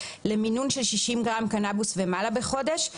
למינון של 60 גרם קנבוס ומעלה בחודש,